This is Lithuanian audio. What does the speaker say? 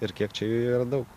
ir kiek čia yra daug